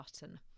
button